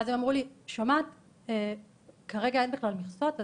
והם אמרו לי שכרגע אין בכלל מכסות,